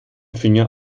finger